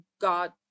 god